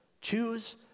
Choose